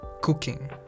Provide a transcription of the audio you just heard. cooking